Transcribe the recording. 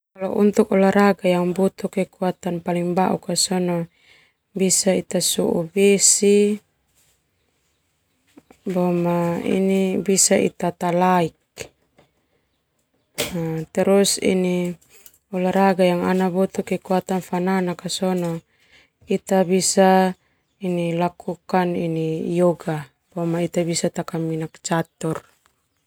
Kalau untuk olahraga yang butuh kekuatan paling bauk sona sou besi boma ita talaik kalo untuk kekuatan fananak ka sona ita bisa sou besi no takaminak catur.